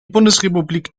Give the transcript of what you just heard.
bundesrepublik